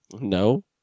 No